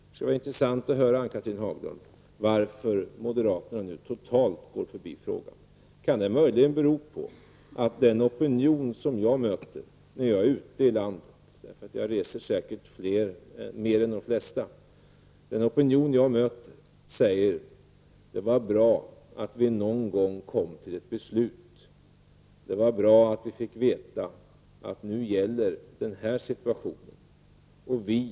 Det vore intressant att höra vad Ann-Cathrine Haglund har att säga om varför moderaterna nu totalt går förbi frågan. Kan det möjligen bero på att den opinion som jag möter när jag är ute i landet — jag reser säkert mer än de flesta — säger att det var bra att det till sist fattades ett beslut. Det är bra att veta vilken situation som nu råder.